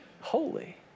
Holy